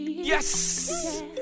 Yes